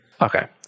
okay